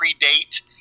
predate